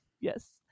Yes